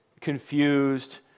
confused